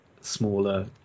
smaller